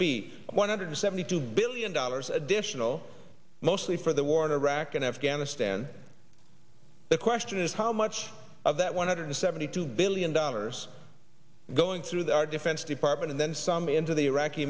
b one hundred seventy two billion dollars additional mostly for the war in iraq and afghanistan the question is how much of that one hundred seventy two billion dollars going through the defense department and then some into the